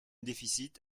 déficit